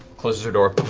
closes her door.